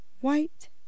white